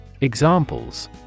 Examples